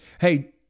hey